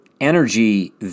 energy